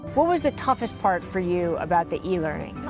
what was the toughest part for you about the e learning?